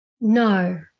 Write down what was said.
No